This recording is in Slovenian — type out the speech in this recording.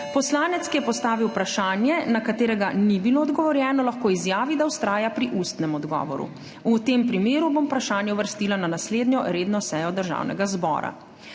Poslanec, ki je postavil vprašanje, na katero ni bilo odgovorjeno, lahko izjavi, da vztraja pri ustnem odgovoru. V tem primeru bom vprašanje uvrstila na naslednjo redno sejo Državnega zbora.